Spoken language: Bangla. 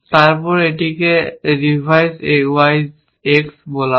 তারপর এটাকে রিভাইস Y X বলা হয়